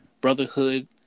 brotherhood